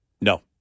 No